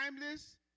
timeless